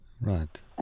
Right